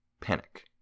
panic